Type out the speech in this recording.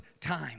time